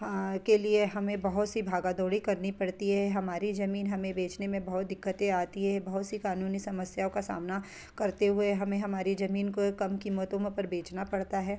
के लिए हमें बहुत सी भागा दौड़ी करनी पड़ती है हमारी ज़मीन हमें बेचने में बहुत दिक़्क़तें आती हैं बहुत सी क़ानूनी समस्याओं का सामना करते हुए हमें हमारी ज़मीन को कम क़ीमतों में पर बेचना पड़ता है